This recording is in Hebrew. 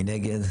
מי נגד?